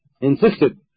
insisted